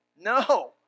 No